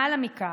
למעלה מכך,